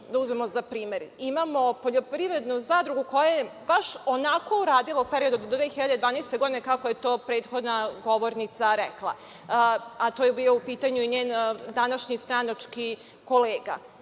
da uzmemo za primer, imamo poljoprivrednu zadrugu koja je baš onako radila u periodu do 2012. godine kako je to prethodna govornica rekla, a to je bio u pitanju i njen današnji stranački kolega.